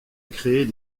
créer